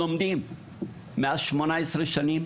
מעל 18 שנים